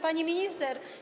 Pani Minister!